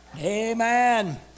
amen